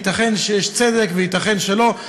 ייתכן שיש צדק וייתכן שלא.